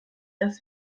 dass